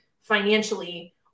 financially